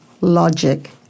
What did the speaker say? logic